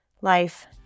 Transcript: life